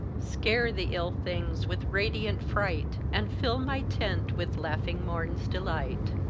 scare the ill things with radiant fright, and fill my tent with laughing morn's delight.